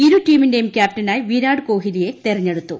ഇരുടീമിന്റെയും ക്യാപ്റ്റനായി വിരാട് കോഹ്ലിയെ തെരഞ്ഞെടുത്തു